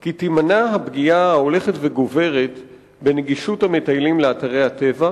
כי תימנע הפגיעה ההולכת וגוברת בנגישות המטיילים לאתרי הטבע,